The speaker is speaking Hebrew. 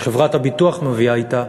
שחברת הביטוח מביאה אתה,